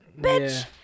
Bitch